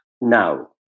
now